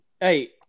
hey